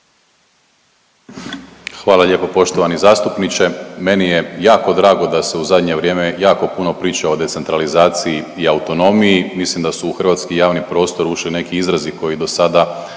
Hvala lijepo poštovani zastupniče, meni je jako drago da se u zadnje vrijeme jako puno priča o decentralizaciji i autonomiji. Mislim da su u hrvatski javni prostor ušli neki izrazi koji do sada